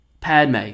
Padme